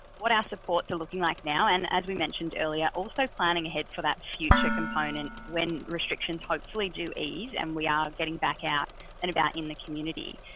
what our supports are looking like now and as we mentioned earlier, also planning ahead for that future component when restrictions hopefully do ease and we are getting back out and about in the community.